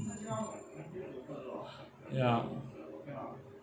ya